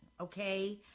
Okay